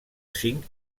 cinc